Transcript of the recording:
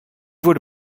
wurde